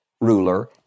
ruler